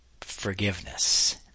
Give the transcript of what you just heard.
forgiveness